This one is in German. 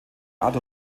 art